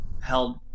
held